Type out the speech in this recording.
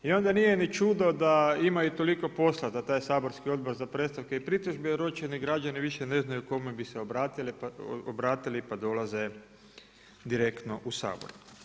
I onda nije ni čudo da imaju toliko posla, taj saborski Odbor za predstavke i pritužbe jer ogorčeni građani više ne znaju kome bi se obratili pa dolaze direktno u Sabor.